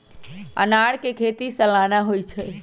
अनारकें खेति सलाना होइ छइ